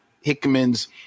Hickman's